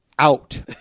Out